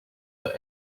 that